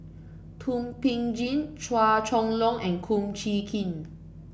Thum Ping Tjin Chua Chong Long and Kum Chee Kin